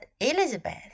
Elizabeth